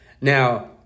Now